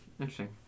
Interesting